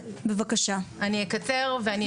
אקצר.